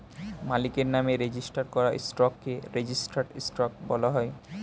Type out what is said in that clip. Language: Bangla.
মালিকের নামে রেজিস্টার করা স্টককে রেজিস্টার্ড স্টক বলা হয়